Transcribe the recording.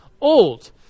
old